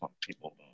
people